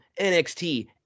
NXT